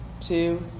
two